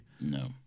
no